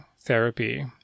therapy